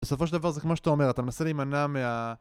בסופו של דבר זה כמו שאתה אומר, אתה מנסה להימנע מה...